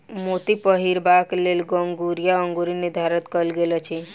मोती पहिरबाक लेल कंगुरिया अंगुरी निर्धारित कयल गेल अछि